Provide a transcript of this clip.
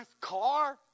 car